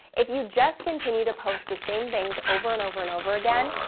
if you just continue to post the same things over and over and over again,